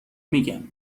میگم